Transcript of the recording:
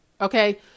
Okay